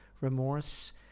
remorse